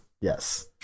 Yes